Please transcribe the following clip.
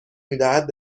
میدهد